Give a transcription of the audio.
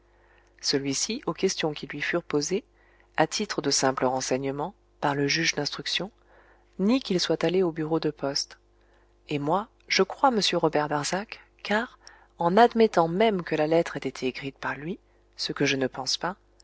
celui-ci aux questions qui lui furent posées à titre de simple renseignement par le juge d'instruction nie qu'il soit allé au bureau de poste et moi je crois m robert darzac car en admettant même que la lettre ait été écrite par lui ce que je ne pense pas